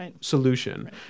solution